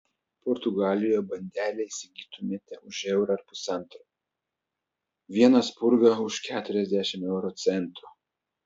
portugalijoje bandelę įsigytumėte už eurą ar pusantro vieną spurgą už keturiasdešimt euro centų